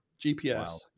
GPS